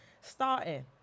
starting